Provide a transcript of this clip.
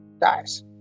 dies